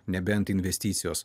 nebent investicijos